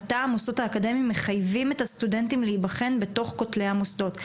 עתה המוסדות האקדמיים מחייבים את הסטודנטים להיבחן בתוך כותלי המוסדות.